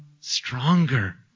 stronger